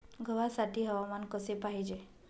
गव्हासाठी हवामान कसे पाहिजे?